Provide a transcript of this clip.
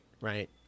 right